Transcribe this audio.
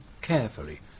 carefully